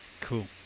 Cool